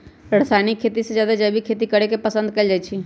रासायनिक खेती से जादे जैविक खेती करे के पसंद कएल जाई छई